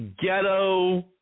ghetto